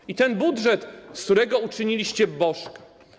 I ten budżet, z którego uczyniliście bożka.